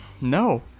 No